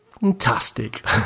Fantastic